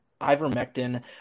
ivermectin